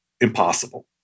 impossible